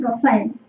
profile